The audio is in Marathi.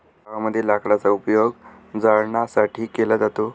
गावामध्ये लाकडाचा उपयोग जळणासाठी केला जातो